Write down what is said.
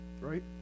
right